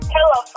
Hello